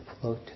float